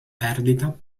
perdita